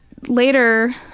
later